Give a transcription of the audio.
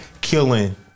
killing